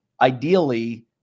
ideally